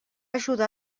ajudar